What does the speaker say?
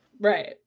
Right